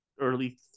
early